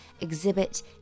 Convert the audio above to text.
exhibit